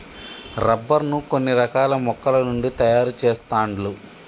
rubber ను కొన్ని రకాల మొక్కల నుండి తాయారు చెస్తాండ్లు